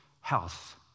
health